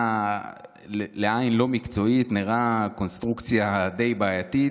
לעין לא מקצועית המקום נראה קונסטרוקציה די בעייתית,